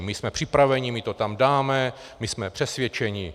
My jsme připraveni, my to tam dáme, my jsme přesvědčeni.